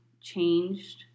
changed